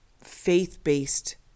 faith-based